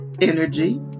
energy